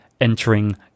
entering